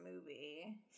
movie